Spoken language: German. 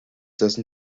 dessen